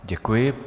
Děkuji.